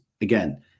again